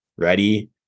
Ready